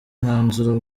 mwanzuro